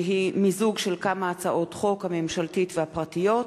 שהיא מיזוג של כמה הצעות חוק, הממשלתית והפרטיות,